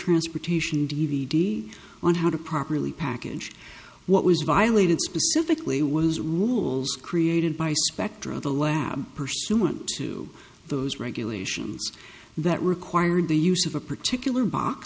transportation d v d on how to properly package what was violated specifically was rules created by spector of the lab pursuant to those regulations that required the use of a particular box